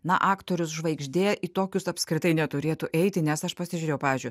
na aktorius žvaigždė į tokius apskritai neturėtų eiti nes aš pasižiūrėjau pavyzdžiui